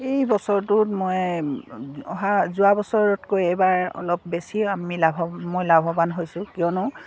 এই বছৰটোত মই অহা যোৱা বছৰতকৈ এইবাৰ অলপ বেছি আমি লাভৱ মই লাভৱান হৈছোঁ কিয়নো